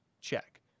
check